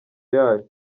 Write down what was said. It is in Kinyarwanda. yayo